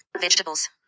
Vegetables